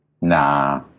Nah